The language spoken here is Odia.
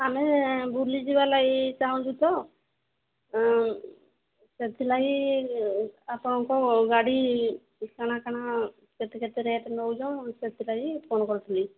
ଆମେ ବୁଲିଯିବା ଲାଗି ଚାହୁଁଛୁ ତ ସେଥିଲାଗି ଆପଣଙ୍କ ଗାଡ଼ି କା'ଣା କା'ଣା କେତେ କେତେ ରେଟ୍ ନେଉଛନ୍ ମୁଁ ସେଥିଲାଗି ଫୋନ୍ କରଥିଲି